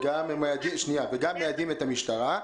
והם מיידעים גם את המשטרה,